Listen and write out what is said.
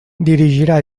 dirigirà